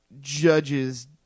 judges